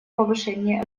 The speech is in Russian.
повышение